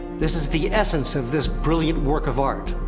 this is the essence of this brilliant work of art,